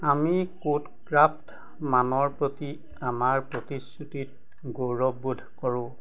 আমি code craft মানৰ প্ৰতি আমাৰ প্ৰতিশ্ৰুতিত গৌৰৱবোধ কৰোঁ